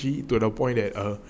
actually to the point that err